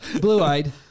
Blue-eyed